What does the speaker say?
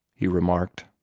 he remarked.